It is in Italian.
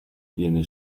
viene